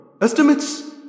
Estimates